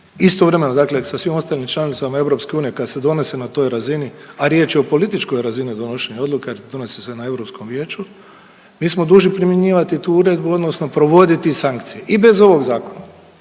istovremeno, dakle sa svim ostalim članicama EU kad se donose na toj razini, a riječ je o političkoj razini donošenja odluka, jer donosi se na Europskom vijeću mi smo dužni primjenjivati tu uredbu, odnosno provoditi sankcije i bez ovog zakona.